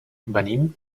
venim